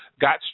got